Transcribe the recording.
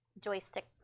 joystick